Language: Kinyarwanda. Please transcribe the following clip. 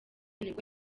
nibwo